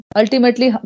ultimately